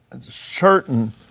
certain